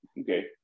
Okay